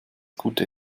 gute